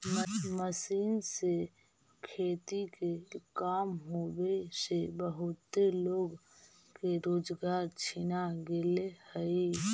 machine से खेती के काम होवे से बहुते लोग के रोजगार छिना गेले हई